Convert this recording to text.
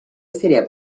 seria